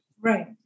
Right